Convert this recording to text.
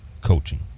coaching